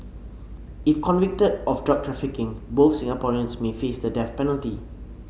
if convicted of drug trafficking both Singaporeans may face the death penalty